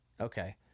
okay